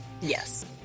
Yes